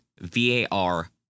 VAR